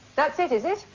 that's it, is it?